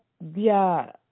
via